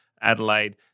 Adelaide